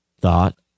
thought